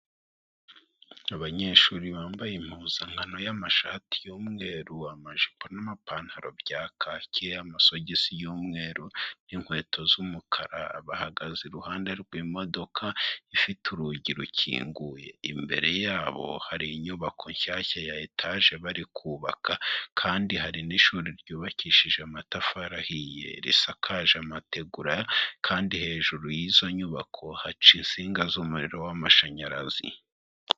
Abanyeshuri bambaye impuzankano y'amashati y'umweru amajipo n'amapantaro bya kake amasogisi y'umweru, n'inkweto z'umukara bahagaze iruhande rw'imodoka, ifite urugi rukinguye imbere yabo hari inyubako nshyashya y'etage bari kubaka, kandi hari n'ishuri ryubakishije amatafari ahiye, risakaje amategura kandi hejuru y'izo nyubako haca insinga z'umuriro w'amashanyarazi.